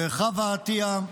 חוה עטייה,